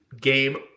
game